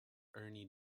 ernie